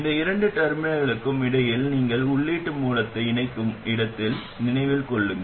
இந்த இரண்டு டெர்மினல்களுக்கு இடையில் நீங்கள் உள்ளீட்டு மூலத்தை இணைக்கும் இடத்தை நினைவில் கொள்ளுங்கள்